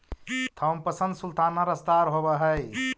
Thompson sultana रसदार होब हई